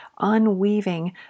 unweaving